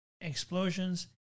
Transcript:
explosions